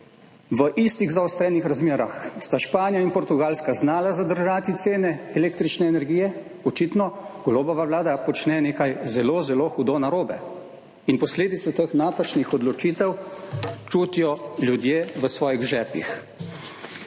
v istih zaostrenih razmerah sta Španija in Portugalska znala zadržati cene električne energije, očitno Golobova vlada počne nekaj zelo, zelo hudo narobe in posledice teh napačnih odločitev čutijo ljudje v svojih žepih.